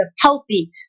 healthy